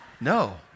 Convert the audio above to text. No